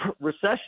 Recession